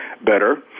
better